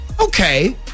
Okay